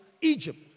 Egypt